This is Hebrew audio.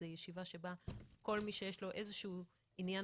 זו ישיבה שבה כל מי שיש בו איזה שהוא עניין